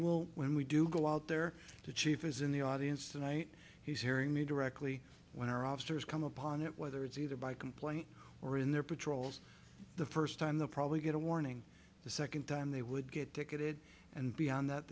will when we do go out there the chief is in the audience tonight he's hearing me directly when our officers come upon it whether it's either by complaint or in their patrols the first time the probably get a warning the second time they would get ticketed and beyond that